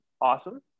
awesome